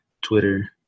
Twitter